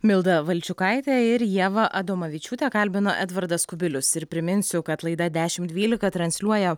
mildą valčiukaitę ir ievę adomavičiūtę kalbino edvardas kubilius ir priminsiu kad laida dešim dvylika transliuoja